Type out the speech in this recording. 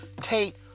Tate